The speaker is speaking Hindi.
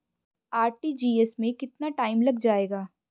आर.टी.जी.एस में कितना टाइम लग जाएगा?